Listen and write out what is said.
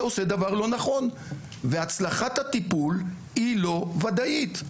אתה עושה דבר לא נכון והצלחת הטיפול היא לא וודאית,